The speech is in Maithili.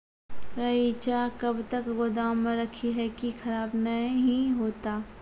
रईचा कब तक गोदाम मे रखी है की खराब नहीं होता?